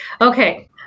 Okay